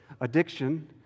Addiction